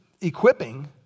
equipping